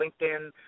LinkedIn